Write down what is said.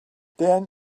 then